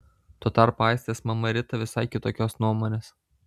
tuo tarpu aistės mama rita visai kitokios nuomonės